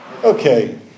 Okay